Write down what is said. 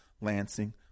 Lansing